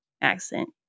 accent